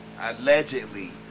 allegedly